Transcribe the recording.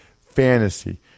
Fantasy